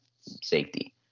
Safety